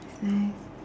that's nice